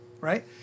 right